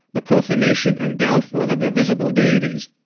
the profanation and downfall of their visible deities.